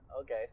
Okay